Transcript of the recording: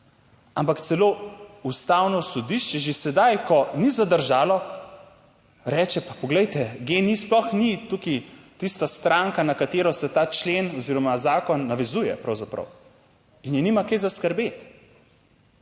ampak celo Ustavno sodišče že sedaj, ko ni zadržalo, reče, pa poglejte, GEN-I sploh ni tukaj tista stranka, na katero se ta člen oziroma zakon navezuje pravzaprav in je nima kaj za skrbeti.